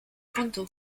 kontu